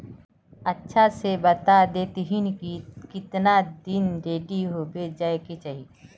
अच्छा से बता देतहिन की कीतना दिन रेडी होबे जाय के चही?